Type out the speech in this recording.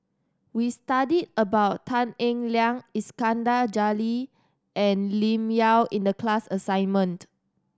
we studied about Tan Eng Liang Iskandar Jalil and Lim Yau in the class assignment